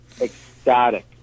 ecstatic